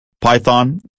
Python